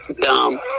Dumb